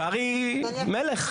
קרעי, מלך.